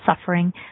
suffering